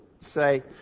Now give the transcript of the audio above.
say